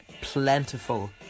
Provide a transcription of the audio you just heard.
Plentiful